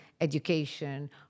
education